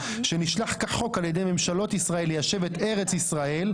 שנשלח כחוק על ידי ממשלות ישראל ליישב את ארץ ישראל,